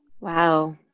Wow